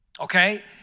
Okay